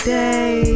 day